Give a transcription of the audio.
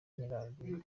nyirarume